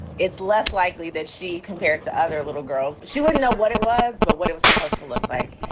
it's less likely that she. compared to other little girls, she wouldn't know what it was, but what it was supposed to look like.